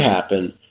happen